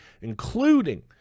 including